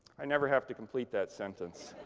i never have to complete that sentence.